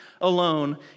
alone